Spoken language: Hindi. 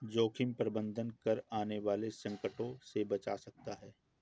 जोखिम प्रबंधन कर आने वाले संकटों से बचा जा सकता है